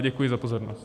Děkuji za pozornost.